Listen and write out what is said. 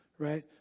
right